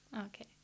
Okay